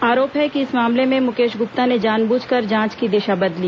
आरोप है कि इस मामले में मुकेश गुप्ता ने जानबूझकर जांच की दिशा बदली